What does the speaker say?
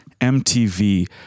MTV